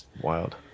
Wild